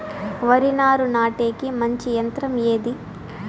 వరి నారు నాటేకి మంచి యంత్రం ఏది?